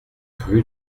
rue